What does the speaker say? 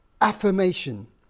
affirmation